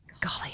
Golly